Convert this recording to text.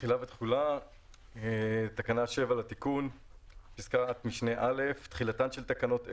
תחילה ותחולה 7. (א)תחילתן של תקנות אלה,